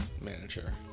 manager